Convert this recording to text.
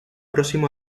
próximo